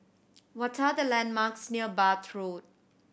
what are the landmarks near Bath Road